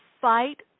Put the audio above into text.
fight